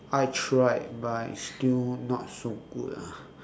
I tried but I still not so good ah